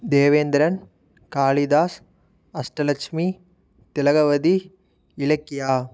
Devendran Kalidas Ashtalakshmi Thilagavathi Ilakkiya